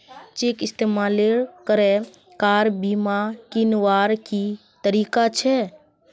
Cheque इस्तेमाल करे car बीमा कीन्वार की तरीका छे?